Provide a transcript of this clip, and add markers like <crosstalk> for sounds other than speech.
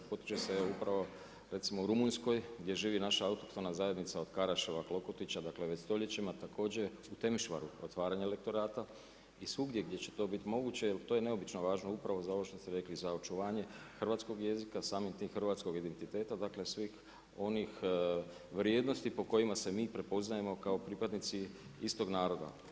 Kod kuće sam ja upravo, recimo u Rumunjskoj gdje živi naša autohtona zajednica od Karaševa Klokutića, dakle već stoljećima, također u … <unintelligible> otvaranje lektorata i svugdje gdje će to biti moguće, jer to je neobično važna upravo za ovo što ste rekli, za očuvanje hrvatskog jezika, samim tim hrvatskog identiteta, dakle, svih onih vrijednosti po kojima se mi prepoznajemo kao pripadnici istog naroda.